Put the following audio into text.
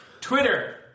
Twitter